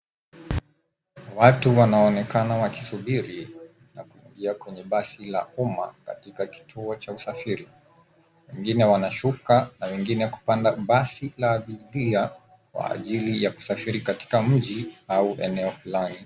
Watu wanaonekana wakisubiri na kuingia kwenye basi la uma katika kituo cha usafiri. Wengine wanashuka na wengine kupanda basi la abiria kwa ajili ya kusafiri katika mji au eneo flani.